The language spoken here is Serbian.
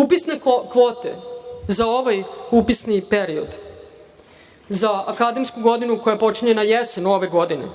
Upisne kvote, za ovaj upisni period, za akademsku godinu koja počinje na jesen ove godine,